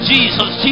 Jesus